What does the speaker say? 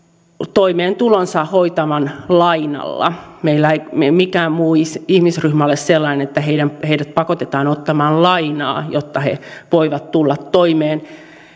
toimeentulonsa lainalla meillä ei mikään muu ihmisryhmä ole sellainen että heidät pakotetaan ottamaan lainaa jotta he voivat tulla toimeen